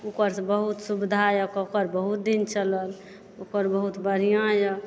cooker सऽ बहुत सुविधा यऽ कूकर बहुत दिन चलल कूकर बहुत बढ़िऑं यऽ